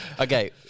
okay